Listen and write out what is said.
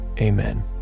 Amen